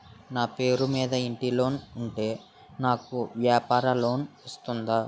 నా పేరు మీద ఇంటి లోన్ ఉంటే నాకు వ్యాపార లోన్ వస్తుందా?